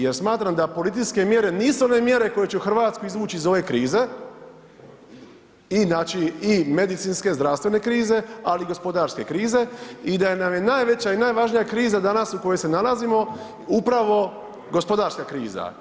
Jer smatram da policijske mjere nisu one mjere koje će Hrvatsku izvući iz ove krize i znači i medicinske, zdravstvene krize ali i gospodarske krize i da nam je najveća i najvažnija kriza danas u kojoj se nalazimo upravo gospodarska kriza.